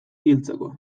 hiltzeko